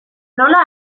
nola